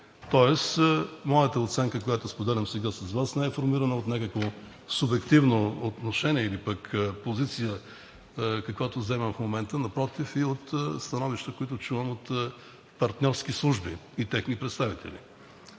Тоест моята оценка, която споделям сега с Вас, не е формирана от някакво субективно отношение или пък позиция, каквато заемам в момента – напротив, и от становища, които чувам от партньорски служби и техни представители.